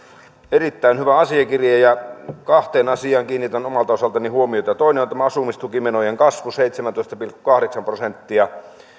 erittäin hyvä asiakirja kahteen asiaan kiinnitän omalta osaltani huomiota toinen on tämä asumistukimenojen kasvu seitsemäntoista pilkku kahdeksan prosenttia